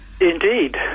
Indeed